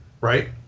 right